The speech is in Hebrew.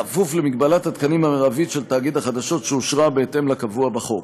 בכפוף למגבלת התקנים המרבית של תאגיד החדשות שאושרה בהתאם לקבוע בחוק.